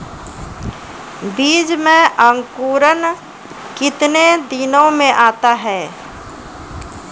बीज मे अंकुरण कितने दिनों मे आता हैं?